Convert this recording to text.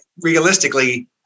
realistically